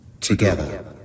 Together